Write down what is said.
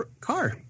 car